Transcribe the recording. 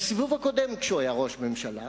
בסיבוב הקודם כשהיה ראש ממשלה